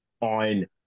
on